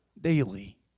daily